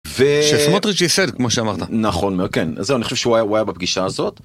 ו... שסמוטריץ יסד כמו כמו שאמרת. נכון מאוד, כן. אני חושב שהוא היה בפגישה הזאת.